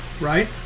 right